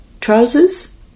Trousers